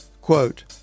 quote